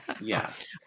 Yes